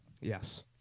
Yes